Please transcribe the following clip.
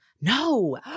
No